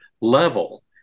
level